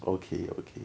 okay okay